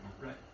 Right